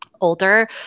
older